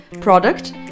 product